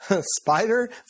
Spider